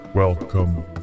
Welcome